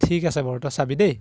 ঠিক আছে বাৰু তই চাবি দেই